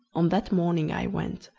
on that morning i went,